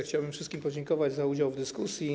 Chciałbym wszystkim podziękować za udział w dyskusji.